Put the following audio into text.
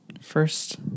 first